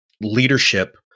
leadership